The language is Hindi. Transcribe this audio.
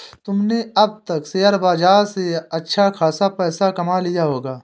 तुमने अब तक शेयर बाजार से अच्छा खासा पैसा कमा लिया होगा